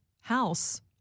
house